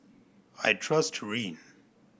I trust Rene